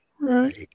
Right